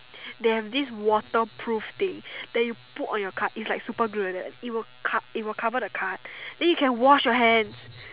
they have this water proof thing that you put on your cut it's like super glue like that it will cut it will cover the cut then you can wash your hands